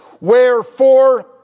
wherefore